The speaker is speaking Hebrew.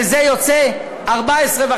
שזה יוצא 14.5%,